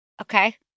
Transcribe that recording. Okay